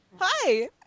Hi